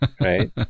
right